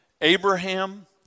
Abraham